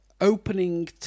opening